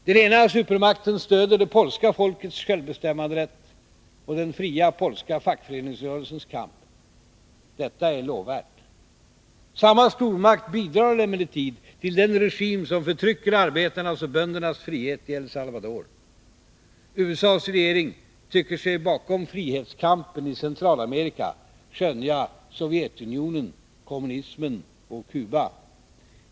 Den ena supermakten stödjer det polska folkets självbestämmanderätt och den fria polska fackföreningsrörelsens kamp. Detta är lovvärt. Samma stormakt bidrar emellertid till den regim som förtrycker arbetarnas och böndernas frihet i El Salvador. USA:s regering tycker sig bakom frihetskampen i Centralamerika skönja Sovjetunionen, kommunismen och Cuba.